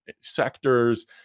sectors